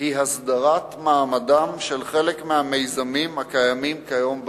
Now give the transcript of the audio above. היא הסדרת מעמדם של חלק מהמיזמים הקיימים כיום בנגב,